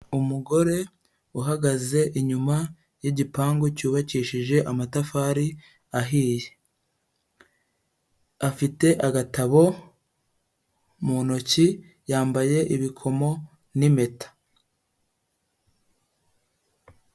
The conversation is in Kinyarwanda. Umugore uhagaze inyuma y'igipangu cyubakishije amatafari ahiye. Afite agatabo mu ntoki yambaye ibikomo n'impeta.